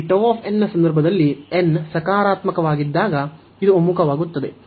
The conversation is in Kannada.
ಈ ನ ಸಂದರ್ಭದಲ್ಲಿ n ಸಕಾರಾತ್ಮಕವಾಗಿದ್ದಾಗ ಇದು ಒಮ್ಮುಖವಾಗುತ್ತದೆ